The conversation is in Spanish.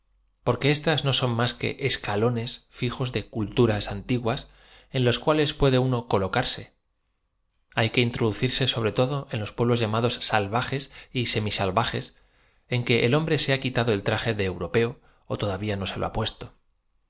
porque éstas no son más que i calones fijos de eulturas antiguas en los cuales puede uno cohcarse hay que introducirse sobre todo en los pueblos llamados salvajes y semi salvajes en que el hombre se ha quitado el tra je de europeo ó todavía no ae lo ba puesto